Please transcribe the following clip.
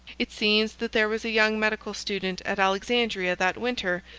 it seems that there was a young medical student at alexandria that winter,